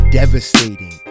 devastating